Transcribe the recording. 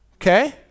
Okay